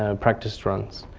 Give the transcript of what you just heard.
ah practice runs.